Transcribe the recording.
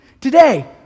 today